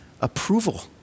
approval